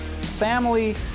family